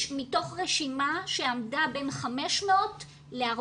מתוך רשימה שעמדה על בין 400 ל-500.